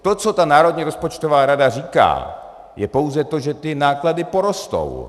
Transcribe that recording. To, co ta Národní rozpočtová rada říká, je pouze to, že ty náklady porostou.